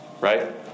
Right